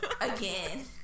again